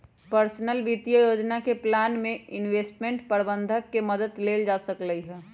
personal वित्तीय योजना के प्लान में इंवेस्टमेंट परबंधक के मदद लेल जा सकलई ह